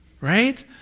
right